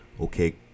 okay